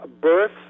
birth